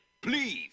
Please